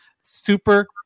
Super